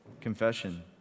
confession